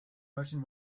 motion